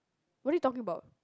what are you talking about